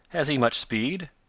has he much speed?